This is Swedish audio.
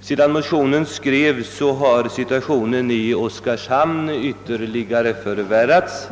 Sedan motionsparet skrevs har situationen i Oskarshamn ytterligare förvärrats.